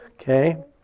Okay